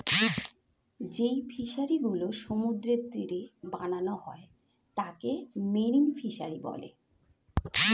যেই ফিশারি গুলো সমুদ্রের তীরে বানানো হয় তাকে মেরিন ফিসারী বলে